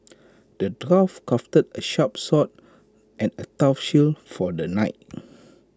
the dwarf crafted A sharp sword and A tough shield for the knight